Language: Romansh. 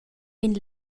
vegn